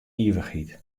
ivichheid